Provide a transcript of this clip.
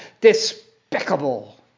Despicable